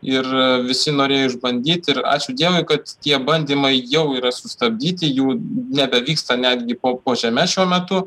ir visi norėjo išbandyt ir ačių dievui kad tie bandymai jau yra sustabdyti jų nebevyksta netgi po po žeme šiuo metu